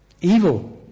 evil